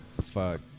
Fuck